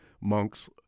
Monk's